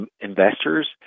Investors